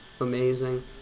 amazing